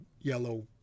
yellow